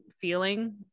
feeling